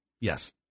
Yes